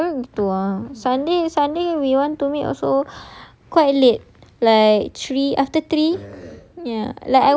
ya susah tu ah sunday sunday we want to meet also quite late like three after three